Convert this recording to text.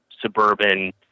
suburban